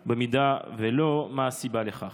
3. אם לא, מה הסיבה לכך?